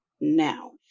now